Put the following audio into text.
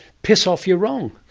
piss off, you're wrong.